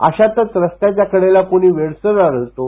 अशातच रस्त्याच्या कडेला कोणी वेडसर आढळतो